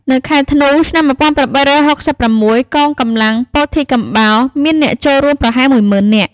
នៅខែធ្នូ ឆ្នាំ ១៨៦៦ កងកម្លាំងពោធិកំបោរមានអ្នកចូលរួមប្រហែលមួយម៉ឺននាក់។